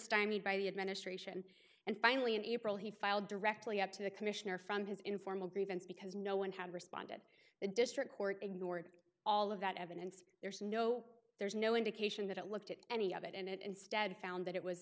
stymied by the administration and finally in april he filed directly up to the commissioner from his informal grievance because no one had responded the district court ignored all of that evidence there's no there's no indication that it looked at any of it and instead found that it was